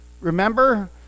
Remember